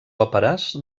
òperes